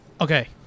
Okay